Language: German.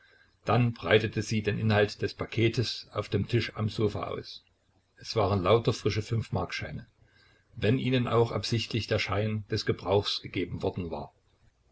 dann breitete sie den inhalt des paketes auf dem tisch am sofa aus es waren lauter frische fünfmarkscheine wenn ihnen auch absichtlich der schein des gebrauchs gegeben worden war